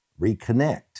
reconnect